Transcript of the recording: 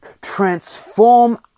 transform